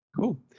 Cool